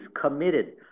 committed